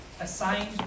assigned